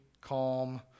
calm